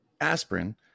aspirin